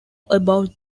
about